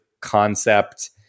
concept